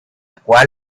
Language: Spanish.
cual